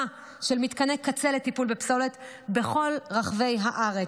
של מתקני קצה לטיפול בפסולת בכל רחבי הארץ,